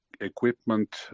equipment